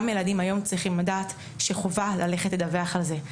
גם ילדים צריכים לדעת שחווה לדווח על זה.